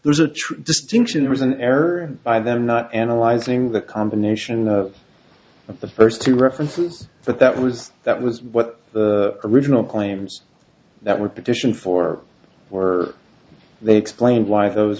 there's a true distinction was an error by them not analyzing the combination of the first two references but that was that was what the original claims that were petition for or they explained why those